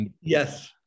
Yes